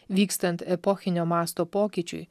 vykstant epochinio masto pokyčiui